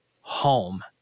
home